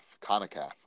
CONACAF